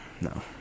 No